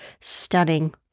stunning